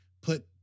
put